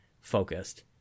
focused